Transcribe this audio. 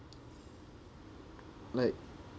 like